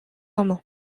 amañ